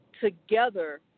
together